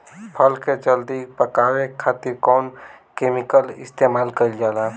फल के जल्दी पकावे खातिर कौन केमिकल इस्तेमाल कईल जाला?